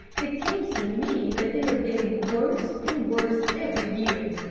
it seems to me that they are getting worse and worse every year,